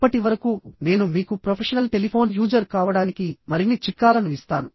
అప్పటి వరకు నేను మీకు ప్రొఫెషనల్ టెలిఫోన్ యూజర్ కావడానికి మరిన్ని చిట్కాలను ఇస్తాను